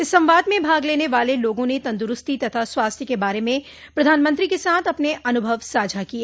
इस संवाद में भाग लेने वाले लोगों ने तंदुरूस्ती तथा स्वास्थ्य के बारे में प्रधानमंत्री के साथ अपने अनुभव साझा किए